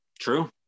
true